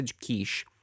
quiche